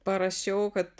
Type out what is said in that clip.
parašiau kad